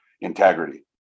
integrity